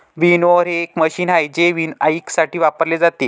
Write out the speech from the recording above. winnower हे एक मशीन आहे जे विनॉयइंगसाठी वापरले जाते